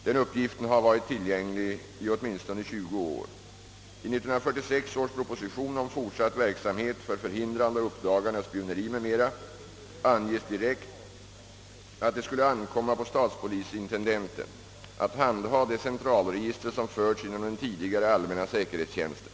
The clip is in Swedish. Den uppgiften har varit tillgänglig i åtminstone 20 år. I 1946 års proposition om fortsatt verksamhet för hindrande och uppdagande av spioneri m.m. anges direkt att det skulle ankomma på statspolisintendenten att handha det centralregister som förts inom den tidigare allmänna säkerhetstjänsten.